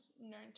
known